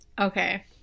Okay